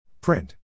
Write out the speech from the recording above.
Print